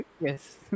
yes